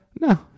no